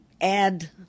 add